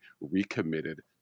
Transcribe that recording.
recommitted